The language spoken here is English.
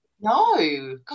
no